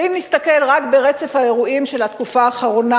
ואם נסתכל רק ברצף האירועים של התקופה האחרונה,